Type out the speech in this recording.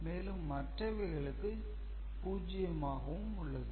மேலும் மற்றவைகளுக்கு 0 ஆகவும் உள்ளது